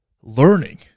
learning